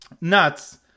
nuts